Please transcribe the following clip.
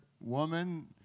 woman